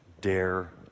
dare